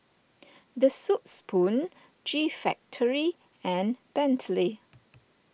the Soup Spoon G Factory and Bentley